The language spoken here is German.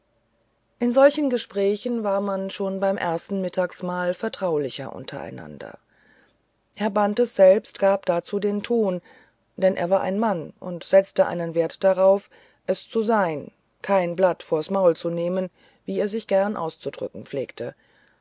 in solchen gesprächen ward man schon beim ersten mittagsmahl vertraulicher untereinander herr bantes selbst gab dazu den ton denn er war ein mann und setzte einen wert darauf es zu sein der kein blatt vors maul nahm wie er sich gern auszudrücken pflegte